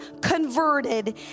converted